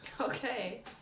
Okay